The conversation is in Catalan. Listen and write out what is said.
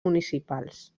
municipals